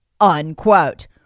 Unquote